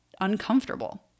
uncomfortable